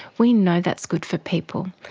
we know that's good for people.